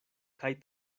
kaj